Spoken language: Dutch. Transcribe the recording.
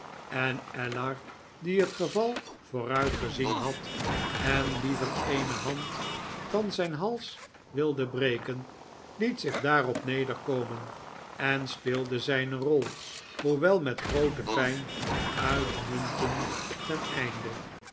en ellar die het geval vooruitgezien had en liever eene hand dan zijn hals wilde breken liet zich daarop nederkomen en speelde zijne rol hoewel met groote pijn uitmuntend ten einde